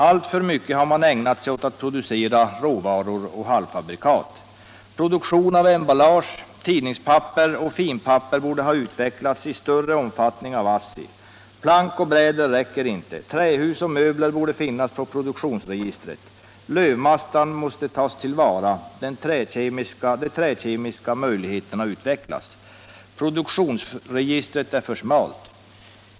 Alltför mycket har man ägnat sig åt att producera råvaror och halvfabrikat. Produktionen av emballage, tidningspapper och finpapper borde ha utvecklats i större omfattning av ASSI. Plank och bräder räcker inte. Trähus och möbler borde finnas på statens produktionsregister. Lövmassan måste tas till vara. De träkemiska möjligheterna måste utvecklas. Produktionsregistret är för smalt.